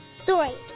story